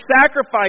sacrifice